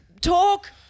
Talk –